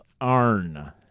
Arn